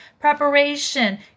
preparation